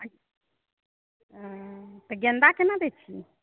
हँ तऽ गेन्दा केना देइ छियै